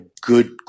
good